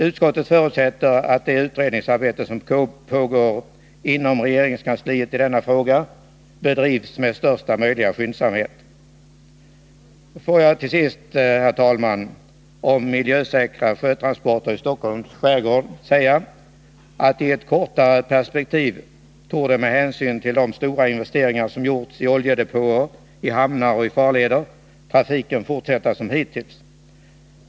Utskottet förutsätter att det utredningsarbete som pågår inom regeringskansliet i denna fråga bedrivs med största möjliga skyndsamhet. Får jag till sist, herr talman, om miljösäkra sjötransporter i Stockholms skärgård säga, att i ett kortare perspektiv torde trafiken, med hänsyn till de stora investeringar som gjorts i oljedepåer, i hamnar och i farleder, fortsätta som hittills.